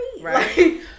Right